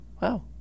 Wow